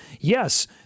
Yes